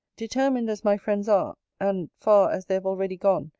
determined, as my friends are, and far as they have already gone,